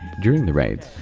during the raids,